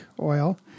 oil